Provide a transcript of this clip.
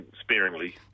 sparingly